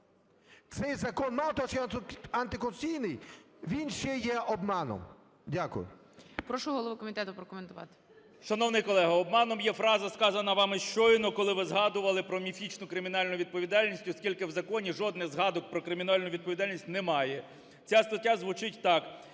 Цей закон мало того, що є антиконституційний, він ще є обманом. Дякую. ГОЛОВУЮЧИЙ. Прошу голову комітету прокоментувати. 13:05:35 КНЯЖИЦЬКИЙ М.Л. Шановні колеги, обманом є фраза, сказана вами щойно, коли ви згадували про міфічну кримінальну відповідальність, оскільки в законі жодних згадок про кримінальну відповідальність немає. Ця стаття звучить так,